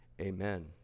amen